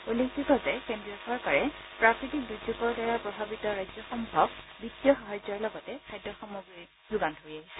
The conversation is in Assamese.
উল্লেখযোগ্য যে কেন্দ্ৰীয় চৰকাৰে প্ৰাকৃতিক দুৰ্যোগৰ দ্বাৰা প্ৰভাৱিত ৰাজ্যসমূহক বিত্তীয় সাহায্যৰ লগতে খাদ্যসামগ্ৰীৰ যোগান ধৰি আহিছে